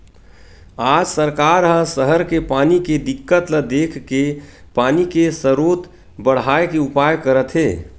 आज सरकार ह सहर के पानी के दिक्कत ल देखके पानी के सरोत बड़हाए के उपाय करत हे